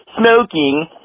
smoking